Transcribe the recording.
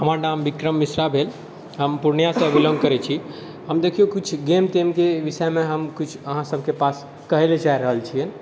हमर नाम विक्रम मिश्रा भेल हम पूर्णियासँ बिलोंग करै छी हम देखियौ किछु गेम तेमके विषयमे हम किछु अहाँसभके पास कहय लेल चाहि रहल छियै